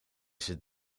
zit